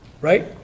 right